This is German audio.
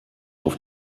auf